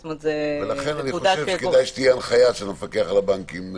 זאת אומרת --- ולכן אני חושב שכדאי שתהיה הנחיה של המפקח על הבנקים.